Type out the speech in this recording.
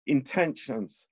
Intentions